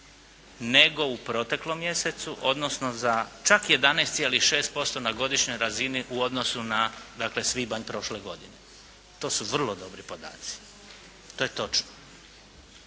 nego u proteklom mjesecu, odnosno za čak 11,6% na godišnjoj razini u odnosu na dakle svibanj prošle godine. To su vrlo dobri podaci. To je točno.